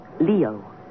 Leo